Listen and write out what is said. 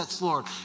Lord